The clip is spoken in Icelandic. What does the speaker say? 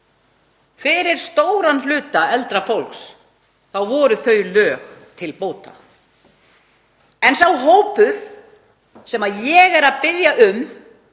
fyrir stóran hluta eldra fólks voru þau lög til bóta. En sá hópur sem ég er að biðja um